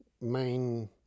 main